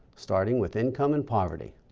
starting with income and poverty